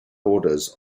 orders